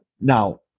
now